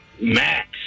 Max